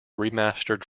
remastered